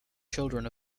children